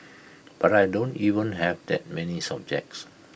but I don't even have that many subjects